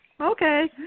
Okay